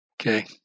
Okay